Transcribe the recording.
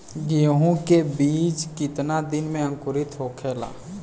गेहूँ के बिज कितना दिन में अंकुरित होखेला?